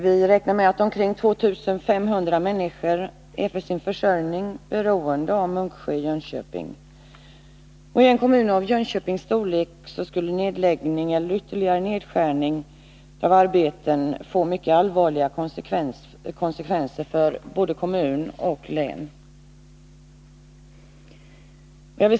Vi räknar med att omkring 2 500 människor för sin försörjning är beroende av Munksjö i Jönköping. I en kommun av Jönköpings storlek skulle en neddragning eller ytterligare nedskärning av antalet arbetstillfällen få mycket allvarliga konsekvenser för både kommun och län.